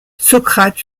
socrate